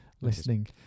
listening